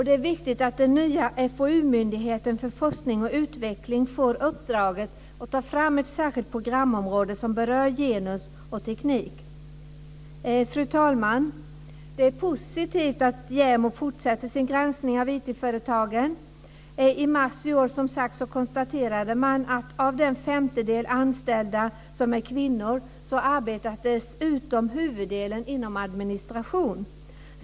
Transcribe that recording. Det är viktigt att den nya myndigheten för forskning och utveckling får uppdraget att ta fram ett särskilt programområde som berör genus och teknik. Fru talman! Det är positivt att JämO fortsätter sin granskning av IT-företagen. I mars i år konstaterade man att av den femtedel anställda som är kvinnor arbetar dessutom huvuddelen inom administration.